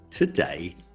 Today